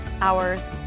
hours